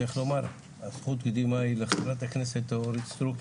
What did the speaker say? צריך לומר הזכות היא לחה"כ אורית סטרוק,